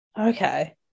okay